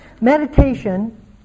meditation